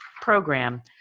program